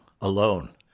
alone